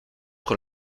con